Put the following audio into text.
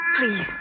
please